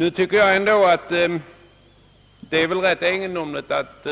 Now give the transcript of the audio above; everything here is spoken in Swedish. Nu tycker jag ändå att det är rätt egendomligt att